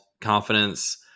Confidence